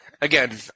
Again